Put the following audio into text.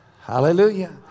Hallelujah